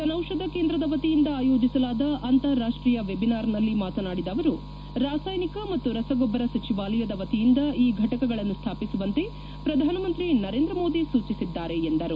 ಜನೌಷಧ ಕೇಂದ್ರದ ವತಿಯಿಂದ ಆಯೋಜಿಸಲಾದ ಅಂತಾರಾಷ್ಟೀಯ ವೆಬಿನಾರ್ನಲ್ಲಿ ಮಾತನಾಡಿದ ಅವರು ರಾಸಾಯನಿಕ ಮತ್ತು ರಸಗೊಬ್ಬರ ಸಚಿವಾಲಯದ ವತಿಯಿಂದ ಈ ಘಟಕಗಳನ್ನು ಸ್ವಾಪಿಸುವಂತೆ ಪ್ರಧಾನಮಂತ್ರಿ ನರೇಂದ್ರ ಮೋದಿ ಸೂಚಿಸಿದ್ದಾರೆ ಎಂದರು